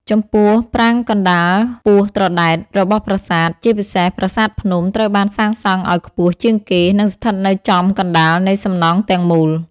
ចំពោះ ប្រាង្គកណ្ដាលខ្ពស់ត្រដែតរបស់ប្រាសាទ ជាពិសេសប្រាសាទភ្នំ ត្រូវបានសាងសង់ឱ្យខ្ពស់ជាងគេ និងស្ថិតនៅចំកណ្តាលនៃសំណង់ទាំងមូល។